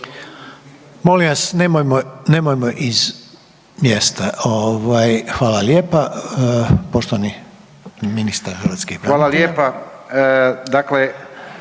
Molim vas nemojmo iz mjesta. Hvala lijepa. Poštovani ministar hrvatskih branitelja.